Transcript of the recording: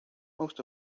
most